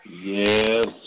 Yes